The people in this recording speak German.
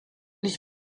ich